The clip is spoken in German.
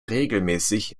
regelmäßig